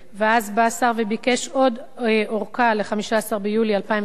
ואז בא השר וביקש עוד ארכה, ל-15 ביולי 2012,